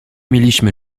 mieliśmy